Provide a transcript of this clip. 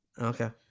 Okay